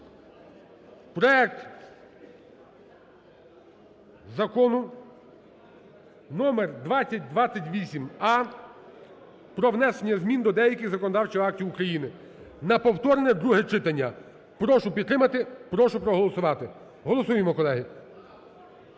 проект Закону (номер 2028а) про внесення змін до деяких законодавчих актів України... на повторне друге читання. Прошу підтримати, прошу голосувати. Голосуємо, колеги.